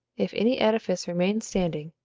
if any edifice remained standing,